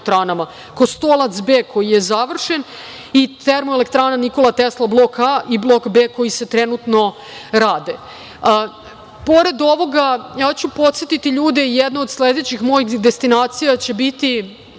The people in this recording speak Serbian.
Kostolac B koji je završen i termoelektrana Nikola Tesla Blok A i Blok B koji se trenutno rade. Pored ovoga, ja ću podsetiti ljude, jedna od sledećih mojih destinacija će biti